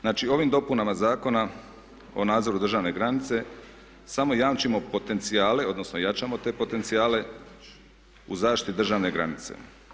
Znači, ovim dopunama Zakona o nadzoru državne granice samo jamčimo potencijale, odnosno jačamo te potencijale u zaštiti državne granice.